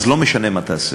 לא משנה מה תעשה.